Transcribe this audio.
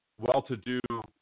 well-to-do